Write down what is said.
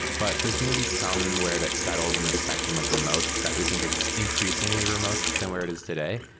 but there's going to be somewhere that settles in the spectrum of remote that we think is increasingly remote than where it is today.